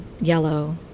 yellow